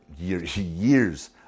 years